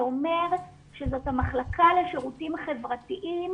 זה אומר שהמחלקה לשירותים חברתיים